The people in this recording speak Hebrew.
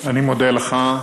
אני מודה לך.